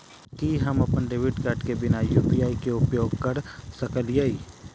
की हम अप्पन debit card केँ बिना यु.पी.आई केँ उपयोग करऽ सकलिये?